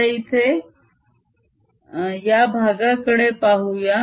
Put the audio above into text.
आता इथे या भागाकडे पाहूया